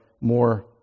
more